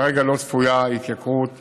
כרגע לא צפויה התייקרות